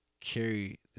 carry